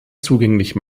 zugänglich